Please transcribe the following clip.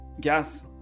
gas